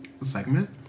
segment